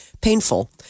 painful